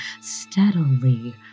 steadily